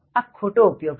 આ ખોટો ઉપયોગ છે